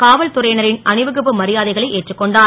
காவல்துறை னரின் அணிவகுப்பு மரியாதைகளை ஏற்றுக்கொண்டார்